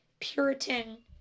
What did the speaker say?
Puritan